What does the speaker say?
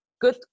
good